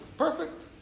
Perfect